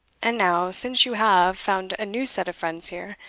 and now, since you have, found a new set of friends here,